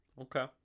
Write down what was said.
Okay